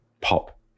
pop